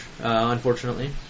unfortunately